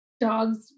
dogs